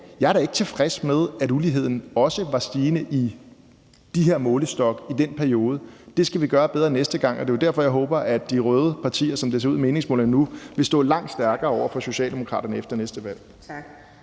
er jeg da ikke tilfreds med, at uligheden også var stigende i de her målestokke i den periode. Det skal vi gøre bedre næste gang, og det er jo derfor, at jeg håber, at de røde partier, sådan som det ser ud i meningsmålingerne nu, vil stå langt stærkere over for Socialdemokraterne efter næste valg. Kl.